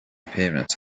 appearance